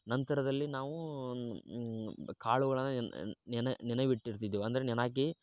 ನಂತರದಲ್ಲಿ ನಾವು ಕಾಳುಗಳನ್ನು ನೆನೆ ನೆನೆವಿಟ್ಟು ಇಟ್ಟಿರ್ತ್ತಿದ್ದೆವು ಅಂದರೆ ನೆನೆ ಹಾಕಿ